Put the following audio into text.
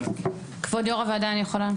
כבוד יו"ר הוועדה, אני יכולה?